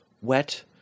wet